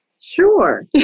Sure